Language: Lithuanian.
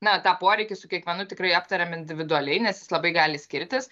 na tą poreikį su kiekvienu tikrai aptariam individualiai nes jis labai gali skirtis